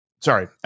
sorry